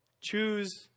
Choose